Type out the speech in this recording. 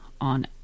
on